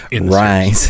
Right